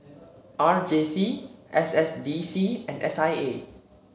R J C S S D C and S I A